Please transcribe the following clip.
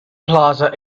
plaza